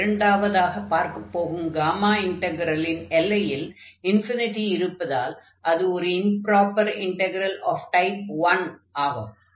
இரண்டாவதாக பார்க்கப் போகும் காமா இன்டக்ரலின் எல்லையில் இருப்பதால் அது ஒரு இம்ப்ராப்பர் இண்டக்ரல் ஆஃப் டைப் 1 ஆகும்